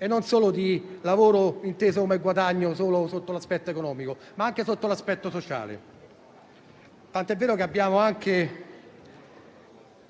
e non solo di lavoro inteso come guadagno: non c'è solo l'aspetto economico, ma anche l'aspetto sociale, tant'è vero che abbiamo